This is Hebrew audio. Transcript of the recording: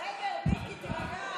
בסדר, מיקי, תירגע.